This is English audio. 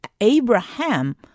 Abraham